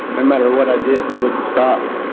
no matter what i did, he wouldn't stop.